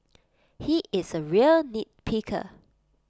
he is A real nitpicker